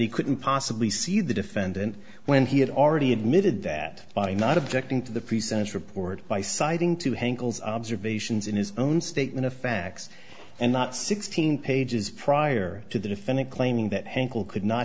he couldn't possibly see the defendant when he had already admitted that by not objecting to the pre sentence report by citing to hank olds observations in his own statement of facts and not sixteen pages prior to the defendant claiming that hankel could not